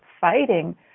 fighting